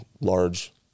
large